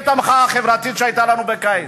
את המחאה החברתית שהיתה לנו בקיץ.